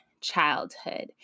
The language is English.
childhood